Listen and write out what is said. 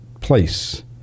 place